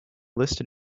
listed